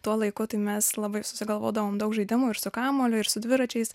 tuo laiku tai mes labai susigalvodavom daug žaidimų ir su kamuoliu ir su dviračiais